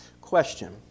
Question